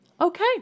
okay